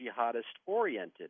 jihadist-oriented